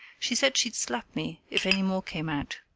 she said she'd slap me if any more came out.